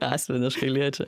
asmeniškai liečia